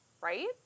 right